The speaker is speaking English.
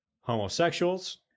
homosexuals